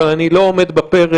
אבל אני לא עומד בפרץ,